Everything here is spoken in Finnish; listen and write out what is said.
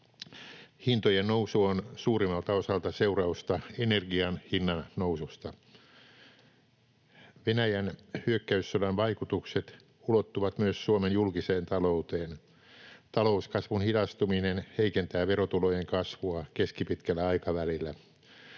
Hintojen nousu on suurimmalta osalta seurausta energian hinnan noususta. Venäjän hyökkäyssodan vaikutukset ulottuvat myös Suomen julkiseen talouteen. Talouskasvun hidastuminen heikentää verotulojen kasvua keskipitkällä aikavälillä.